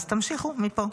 אז תמשיכו מפה.